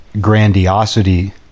grandiosity